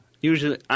usually